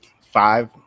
five